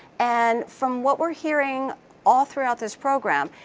and from what we're hearing all throughout this program,